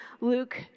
Luke